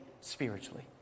spiritually